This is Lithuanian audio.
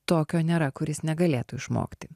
tokio nėra kuris negalėtų išmokti